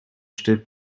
steht